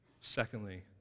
secondly